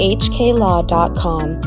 hklaw.com